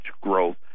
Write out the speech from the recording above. growth